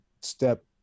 step